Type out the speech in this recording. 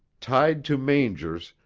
tied to mangers,